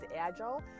agile